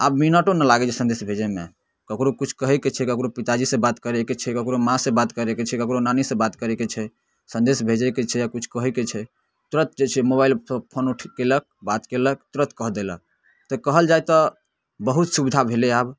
आब मिनटो नहि लागै छै सन्देश भेजैमे ककरो किछु कहैके छै ककरो पिताजीसँ बात करैके छै ककरो माँसँ बात करैके छै ककरो नानीसँ बात करैके छै सन्देश भेजैके छै या किछु कहैके छै तुरन्त जे छै मोबाइल फोन उठेलक बात केलक तुरन्त कहि देलक तऽ कहल जाए तऽ बहुत सुविधा भेलै आब